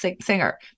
singer